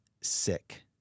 sick